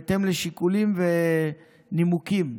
בהתאם לשיקולים ונימוקים.